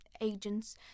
agents